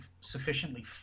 sufficiently